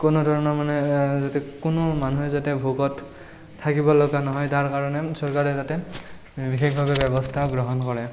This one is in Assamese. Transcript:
কোনোধৰণৰ মানে যাতে কোনো মানুহে যাতে ভোকত থাকিবলগা নহয় তাৰ কাৰণে চৰকাৰে যাতে বিশেষভাৱে ব্যৱস্থা গ্ৰহণ কৰে